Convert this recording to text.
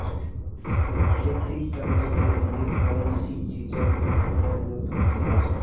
खेती करने के लिए कौनसी चीज़ों की ज़रूरत होती हैं?